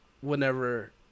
whenever